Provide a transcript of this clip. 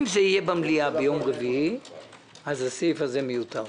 אם זה יהיה במליאה ביום רביעי אז הסעיף הזה מיותר.